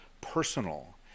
personal